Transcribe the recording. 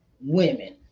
women